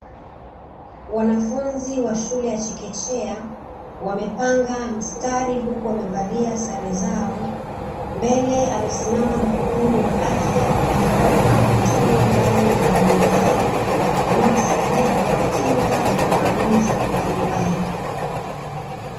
Wanafunzi wa shule ya chekechea, wamepanga mstari huku wamevalia sare zao, mbele amesimama muhudumu wa afya akiwapa matone ndani ya vinywa vyao inayosaidia kuwakinga na magonjwa mbalimbali.